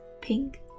pink